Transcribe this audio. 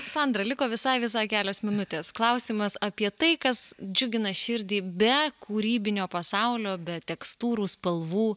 sandra liko visai visai kelios minutės klausimas apie tai kas džiugina širdį be kūrybinio pasaulio be tekstūrų spalvų